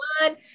one